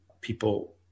people